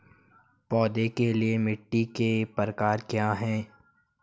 पौधों के लिए मिट्टी के प्रकार क्या हैं?